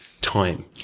time